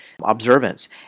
observance